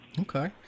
Okay